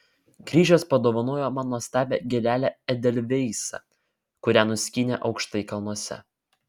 grįžęs padovanojo man nuostabią gėlelę edelveisą kurią nuskynė aukštai kalnuose